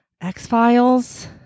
X-Files